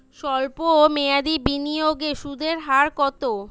সল্প মেয়াদি বিনিয়োগে সুদের হার কত?